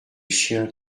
chiens